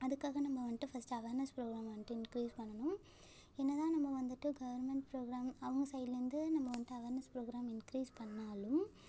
அதுக்காக நம்ம வந்துட்டு ஃபஸ்ட்டு அவார்னஸ் ப்ரோக்ராம் வந்துட்டு இன்க்ரீஸ் பண்ணணும் என்ன தான் நம்ம வந்துட்டு கவுர்மெண்ட் ப்ரோக்ராம் அவங்க சைட்லேருந்து நம்ம வந்துட்டு அவார்னஸ் ப்ரோக்ராம் இன்க்ரீஸ் பண்ணாலும்